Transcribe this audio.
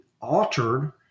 altered